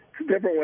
different